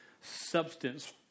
substance